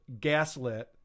Gaslit